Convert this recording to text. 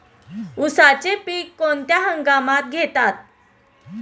उसाचे पीक कोणत्या हंगामात घेतात?